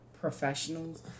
professionals